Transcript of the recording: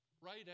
Right